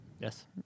Yes